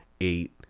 eight